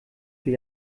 für